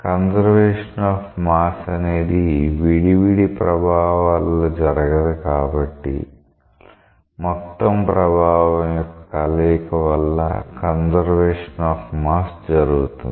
conservation of mass అనేది విడివిడి ప్రభావాల వల్ల జరగదు కాబట్టి మొత్తం ప్రభావం యొక్క కలయిక వల్ల కన్సర్వేషన్ ఆఫ్ మాస్ జరుగుతుంది